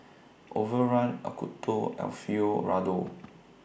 Overrun Acuto Alfio Raldo